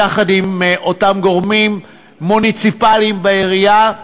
יחד עם אותם גורמים מוניציפליים בעירייה.